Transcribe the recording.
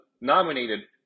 nominated